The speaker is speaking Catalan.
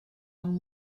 amb